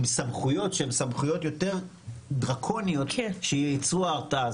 עם סמכויות שהן יותר דרקוניות שייצרו הרתעה.